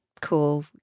cool